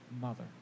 mother